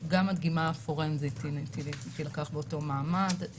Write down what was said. גם הדגימה הפורנזית תילקח באותו מעמד.